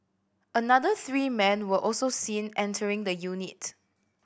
another three men were also seen entering the unit